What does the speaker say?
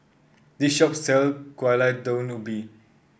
this shop sells Gulai Daun Ubi